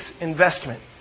investment